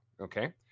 okay